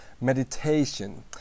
meditation